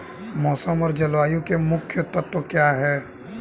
मौसम और जलवायु के मुख्य तत्व क्या हैं?